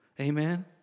Amen